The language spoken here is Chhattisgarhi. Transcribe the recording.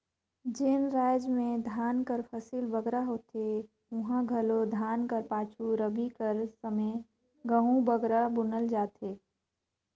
जेन राएज में धान कर फसिल बगरा होथे उहां घलो धान कर पाछू रबी कर समे गहूँ बगरा बुनल जाथे